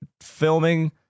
filming